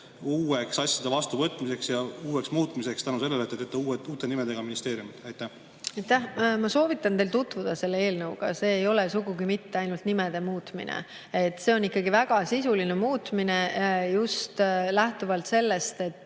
[seaduste] vastuvõtmiseks ja muutmiseks tänu sellele, et te teete uute nimedega ministeeriumid. Aitäh! Ma soovitan teil selle eelnõuga tutvuda. See ei ole sugugi mitte ainult nimede muutmine, see on ikkagi väga sisuline muutmine. Just lähtuvalt sellest, et